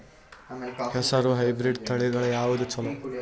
ಹೆಸರ ಹೈಬ್ರಿಡ್ ತಳಿಗಳ ಯಾವದು ಚಲೋ?